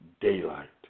daylight